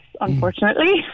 unfortunately